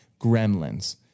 gremlins